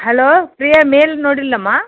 hello Priya mail ನೋಡಿಲ್ಲಮ್ಮ